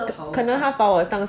可能他把我当作自己人 lah